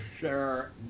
sure